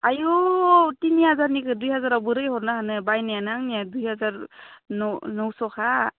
आयौ थिनि हाजारनिखो दुइ हाजाराव माबोरै हरनो हानो बायनायानो आंनिया दुइ हाजार न नस'खा